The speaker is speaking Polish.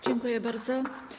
Dziękuję bardzo.